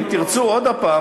ואם תרצו לדון עוד הפעם,